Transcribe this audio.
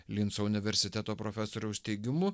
linco universiteto profesoriaus teigimu